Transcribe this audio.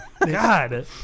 God